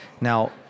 Now